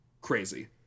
crazy